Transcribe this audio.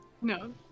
No